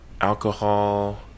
alcohol